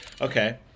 Okay